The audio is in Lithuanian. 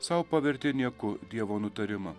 sau pavertė nieku dievo nutarimą